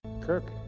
Kirk